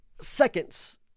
seconds